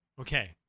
Okay